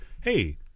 Hey